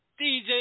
DJ